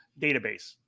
database